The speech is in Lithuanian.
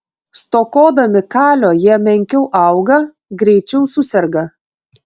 stokodami kalio jie menkiau auga greičiau suserga